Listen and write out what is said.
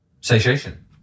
satiation